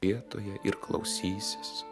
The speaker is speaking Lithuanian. vietoje ir klausysis